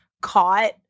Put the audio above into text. caught